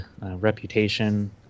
reputation